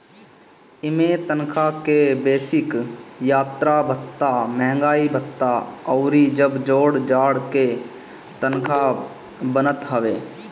इमें तनखा के बेसिक, यात्रा भत्ता, महंगाई भत्ता अउरी जब जोड़ जाड़ के तनखा बनत हवे